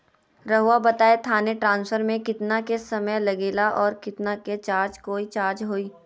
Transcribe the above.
रहुआ बताएं थाने ट्रांसफर में कितना के समय लेगेला और कितना के चार्ज कोई चार्ज होई?